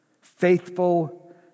faithful